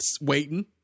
waiting